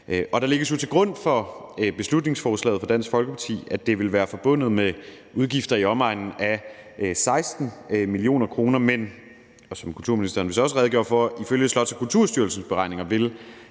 Der lægges til grund for beslutningsforslaget fra Dansk Folkeparti, at det vil være forbundet med udgifter i omegnen af 16 mio. kr., men som kulturministeren vist også redegjorde for, vil tre-d-scanning og